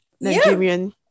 Nigerian